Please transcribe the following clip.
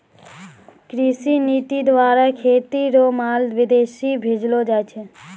कृषि नीति द्वारा खेती रो माल विदेश भेजलो जाय छै